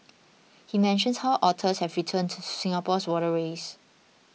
he mentions how otters have returned to Singapore's waterways